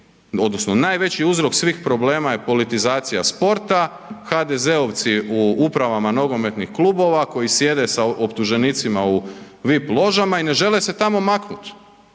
odnosno najveći uzrok svih problema je politizacija sporta, HDZ-ovci u upravama nogometnih klubova koji sjede sa optuženicima u VIP ložama i ne žele se tamo maknut.